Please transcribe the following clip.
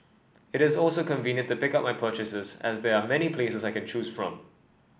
it is also convenient to pick up my purchases as there are many places I can choose from